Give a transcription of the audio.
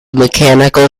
mechanical